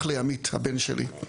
אח לעמית, הבן שלי.